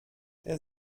der